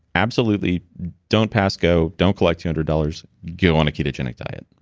absolutely don't pass go, don't collect two hundred dollars, go on a ketogenic diet.